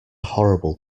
horrible